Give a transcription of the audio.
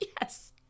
Yes